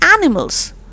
animals